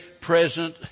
present